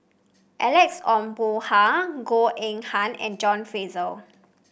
Alex Ong Boon Hau Goh Eng Han and John Fraser